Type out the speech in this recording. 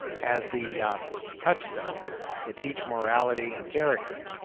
as the touchstone to teach morality and character.